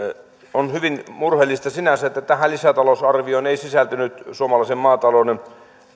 on hyvin murheellista sinänsä että tähän lisätalousarvioon ei sisältynyt suomalaisen maatalouden